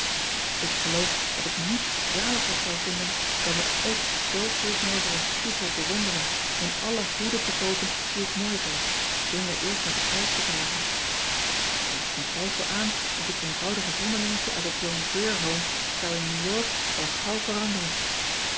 k geloof dat ik niets zaligers zou vinden dan me ook zoo tegenover een spiegel bewonderen en alle hoeden te koopen die ik mooi vond zonder eerst naar den prijs te vragen aar is geen twijfel aan of het eenvoudige vondelingetje uit het ohn rier ome zou in ew ork wel gauw veranderen